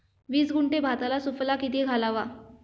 वीस गुंठे भाताला सुफला किती घालावा?